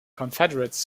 confederates